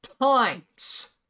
times